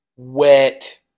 wet